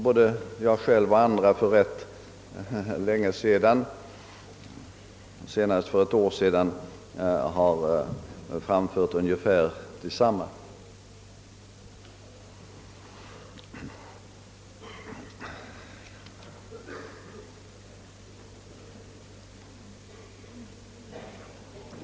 Både jag själv och andra har för rätt länge sedan — senast gjorde jag det i pressen för ett år sedan — anfört ungefär detsamma.